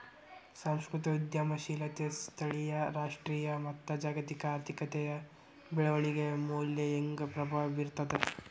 ಸಾಂಸ್ಕೃತಿಕ ಉದ್ಯಮಶೇಲತೆ ಸ್ಥಳೇಯ ರಾಷ್ಟ್ರೇಯ ಮತ್ತ ಜಾಗತಿಕ ಆರ್ಥಿಕತೆಯ ಬೆಳವಣಿಗೆಯ ಮ್ಯಾಲೆ ಹೆಂಗ ಪ್ರಭಾವ ಬೇರ್ತದ